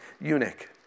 eunuch